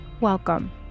Welcome